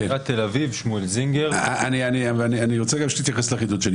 כן, אבל אני רוצה שתתייחס גם לחידוד שלי.